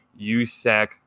usac